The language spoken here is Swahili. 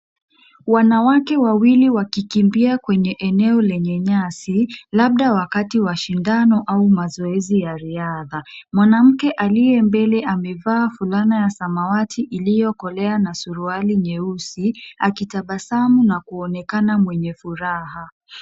Wanawake wawili wakikimbia kwenye eneo lenye nyasi labda wakati wa shindano au mazoezi ya riadha. Mwanamke aliye mbele amevaa fulana ya samawati iliyokolea na suruali nyeusi akitabasamu na kuonekana mwenye furaha.